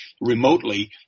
remotely